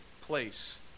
place